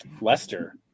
Lester